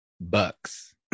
bucks